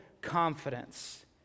confidence